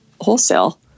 wholesale